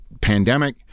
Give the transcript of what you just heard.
pandemic